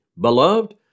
Beloved